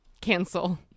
Cancel